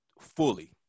fully